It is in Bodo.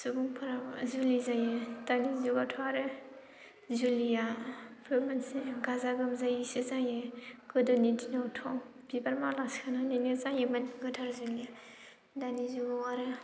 सुबुंफोरा जुलि जायो दानि जुगावथ' आरो जुलिया फोरमानसै गाजा गोमजायैसो जायो गोदोनि दिनावथ' बिबार माला सोनानैनो जायोमोन गोथार जुलि दानि जुगाव आरो